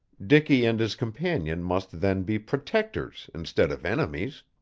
dicky and his companion must then be protectors instead of enemies.